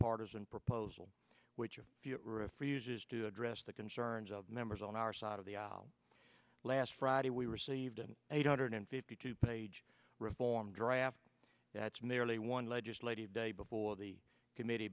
partisan proposal which of the it refuses to address the concerns of members on our side of the aisle last friday we received an eight hundred fifty two page reform draft that's nearly one legislative day before the committee